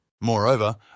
Moreover